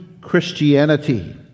Christianity